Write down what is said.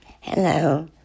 Hello